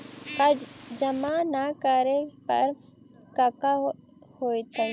कर जमा ना करे पर कका होतइ?